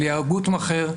אליהו גוטמכר,